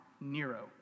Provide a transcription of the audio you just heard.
Nero